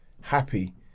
happy